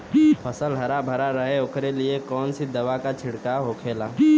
फसल हरा भरा रहे वोकरे लिए कौन सी दवा का छिड़काव होखेला?